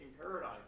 paradigm